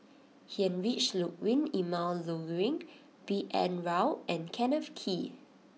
Heinrich Ludwig Emil Luering B N Rao and Kenneth Kee